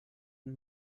ihn